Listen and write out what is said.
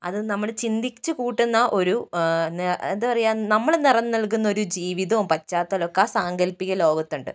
അത് നമ്മള് ചിന്തിച്ചു കൂട്ടുന്ന ഒരു എന്താണ് പറയുക നമ്മള് നിറം നൽകുന്ന ഒരു ജീവിതവും പാശ്ചാത്തലവുമൊക്കെ ആ സാങ്കല്പിക ലോകത്തുണ്ട്